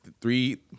three